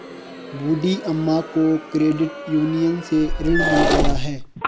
बूढ़ी अम्मा को credit union से ऋण मिल गया है